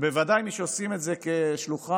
ובוודאי מי שעושים את זה כשלוחיו